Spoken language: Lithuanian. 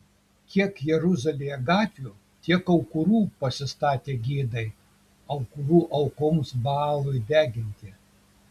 kiek jeruzalėje gatvių tiek aukurų pasistatėte gėdai aukurų aukoms baalui deginti